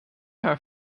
our